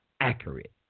accurate